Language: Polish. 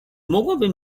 mogłabym